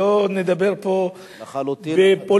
שלא נדבר פה בפוליטיקה.